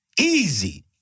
Easy